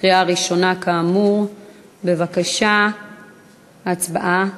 קריאה ראשונה, בבקשה, הצבעה.